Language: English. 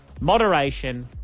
Moderation